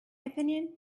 opinion